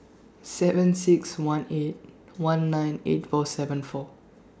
seven six one eight one nine eight four seven four